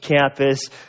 campus